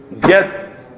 get